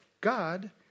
God